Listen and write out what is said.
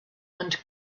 and